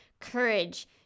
courage